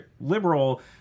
liberal